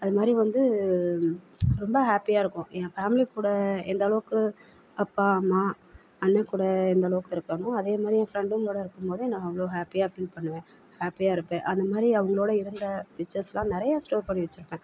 அது மாதிரி வந்து ரொம்ப ஹேப்பியாக இருக்கும் என் ஃபேம்லி கூட எந்த அளவுக்கு அப்பா அம்மா அண்ணன் கூட எந்த அளவுக்கு இருக்கேனோ அதே மாதிரி என் ஃப்ரெண்டங்களோடு இருக்கும் போது நான் அவ்வளோ ஹேப்பியாக ஃபீல் பண்ணுவேன் ஹேப்பியாக இருப்பேன் அந்த மாதிரி அவர்களோட இருந்த பிச்சர்ஸ்செலாம் நிறையா ஸ்டோர் பண்ணி வச்சுருப்பேன்